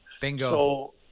Bingo